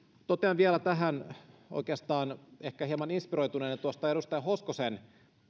totean vielä tähän oikeastaan ehkä hieman inspiroituneena tuosta edustaja hoskosen